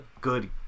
good